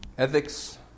Ethics